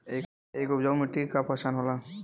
एक उपजाऊ मिट्टी के पहचान का होला?